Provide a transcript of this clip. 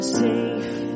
safe